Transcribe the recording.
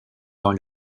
dans